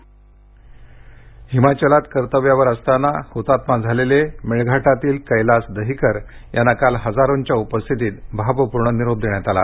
हुतात्मा हिमाचलात कर्तव्यावर असताना हुतात्मा झालेल्या मेळघाटातील कैलास दहिकर यांना काल हजारो उपस्थितीत भावपूर्ण निरोप देण्यात आला